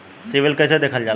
CIBIL कैसे देखल जाला?